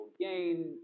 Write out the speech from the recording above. gain